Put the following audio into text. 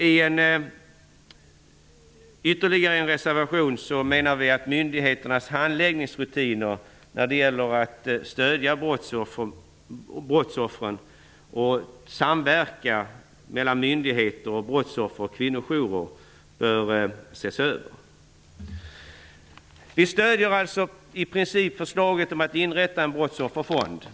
I en annan reservation menar vi att myndigheternas handläggningsrutiner när det gäller stödet till brottsoffren och samverkan mellan myndigheter, brottsoffren och kvinnojourer bör ses över. Vi stöder alltså i princip förslaget att inrätta en brottssofferfond.